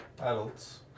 adults